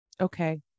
Okay